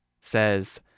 says